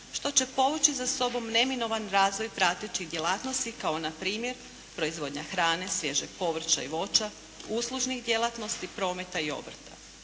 što će povući za sobom neminovan razvoj pratećih djelatnosti kao npr. proizvodnja hrane, svježeg povrća i voća, uslužnih djelatnosti, prometa i obrta.